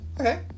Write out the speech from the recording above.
Okay